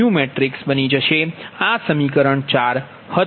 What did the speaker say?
4916 બની જશે